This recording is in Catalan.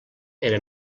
era